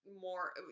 more